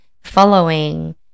following